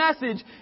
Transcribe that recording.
message